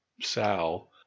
Sal